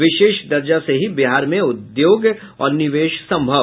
विशेष दर्जा से ही बिहार में उद्योग और निवेश संभव